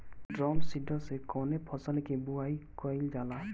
Drum seeder से कवने फसल कि बुआई कयील जाला?